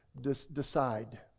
decide